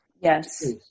Yes